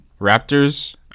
Raptors